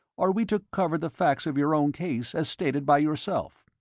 are we to cover the facts of your own case as stated by yourself?